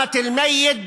(חוזר על המשפט בערבית.)